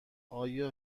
آیا